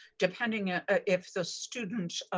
depending ah ah if the student